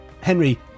Henry